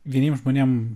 vieniem žmonėm